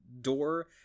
door